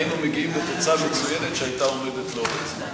היינו מגיעים לתוצאה מצוינת שהייתה עובדת לאורך זמן.